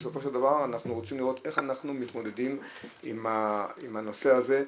בסופו של דבר אנחנו רוצים לראות איך אנחנו מתמודדים עם הנושא הזה.